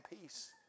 peace